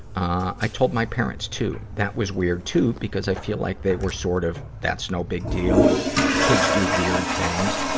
i told my parents, too that was weird, too, because i feel like they were sort of, that's no big deal. and kids do weird things.